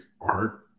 art